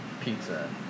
pizza